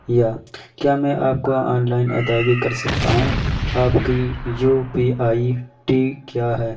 یا کیا میں آپ کو آن لائن ادائیگی کر سکتا ہوں آپ کی یو پی آئی ٹی کیا ہے